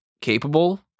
capable